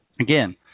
again